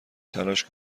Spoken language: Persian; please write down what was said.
تلاش